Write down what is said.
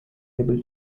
able